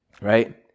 right